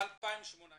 סוף 2018,